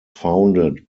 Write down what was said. founded